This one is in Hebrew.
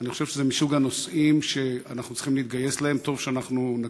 אני חושב שזה מסוג הנושאים שאנחנו צריכים להתגייס להם.